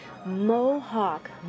Mohawk